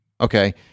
Okay